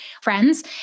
friends